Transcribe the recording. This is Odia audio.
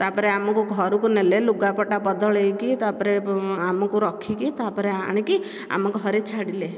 ତାପରେ ଆମକୁ ଘରକୁ ନେଲେ ଲୁଗାପଟା ବଦଳେଇକି ତାପରେ ଆମକୁ ରଖିକି ତାପରେ ଆଣିକି ଆମ ଘରେ ଛାଡ଼ିଲେ